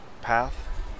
path